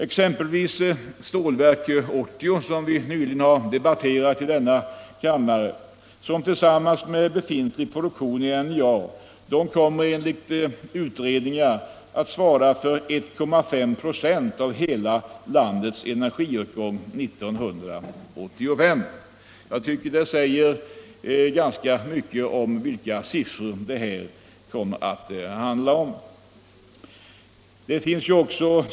Exempelvis Stålverk 80, som vi nyligen debatterat i kammaren, kommer tillsammans med befintlig produktion i NJA enligt utredningar att svara för 1,5 26 av hela landets energiåtgång 1985. Jag tycker att det säger ganska mycket om vilka siffror det här kommer att handla om.